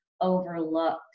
overlooked